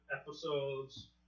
episodes